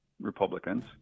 Republicans